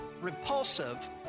repulsive